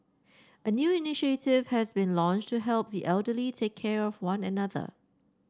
a new initiative has been launched to help the elderly take care of one another